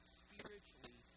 spiritually